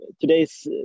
today's